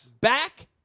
back